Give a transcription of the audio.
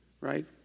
right